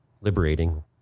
liberating